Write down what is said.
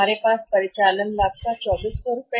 इसलिए हमारे पास परिचालन लाभ का 2400 रु